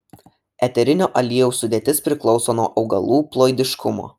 eterinio aliejaus sudėtis priklauso nuo augalų ploidiškumo